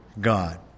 God